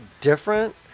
different